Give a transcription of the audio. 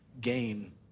gain